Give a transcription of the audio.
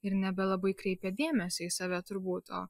ir nebelabai kreipia dėmesį į save turbūt o